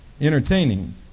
entertaining